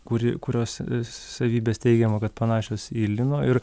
kuri kurios savybės teigiama kad panašios į lino ir